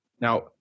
Now